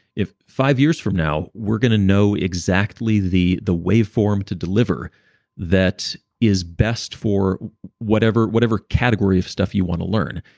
five years from now we're going to know exactly the the waveform to deliver that is best for whatever whatever category of stuff you want to learn,